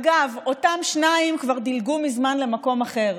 אגב, אותם שניים כבר דילגו מזמן למקום אחר.